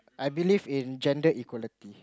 I believe in gender equality